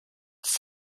could